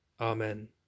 Amen